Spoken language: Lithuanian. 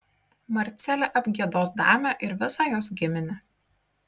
marcelė apgiedos damę ir visą jos giminę